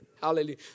Hallelujah